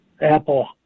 apple